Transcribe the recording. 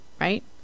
right